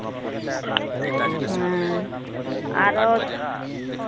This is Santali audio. ᱟᱨᱚ